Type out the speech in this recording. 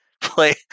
play